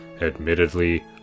admittedly